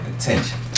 attention